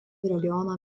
regiono